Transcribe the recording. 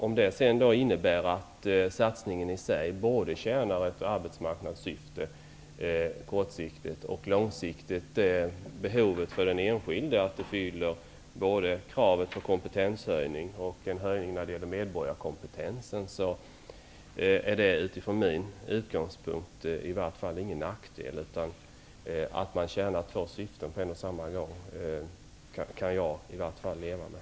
Om det sedan innebär att satsningen i sig kortsiktigt tjänar ett arbetsmarknadssyfte och långsiktigt behovet för den enskilde -- att den fyller kravet på kompetenshöjning och en höjning av medborgarkompetensen -- är det utifrån min utgångspunkt i varje fall ingen nackdel. Att man tjänar två syften på en och samma gång kan jag leva med.